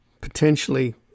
potentially